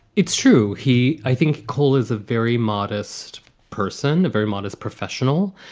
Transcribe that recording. it's true. he i think coal is a very modest person, a very modest professional.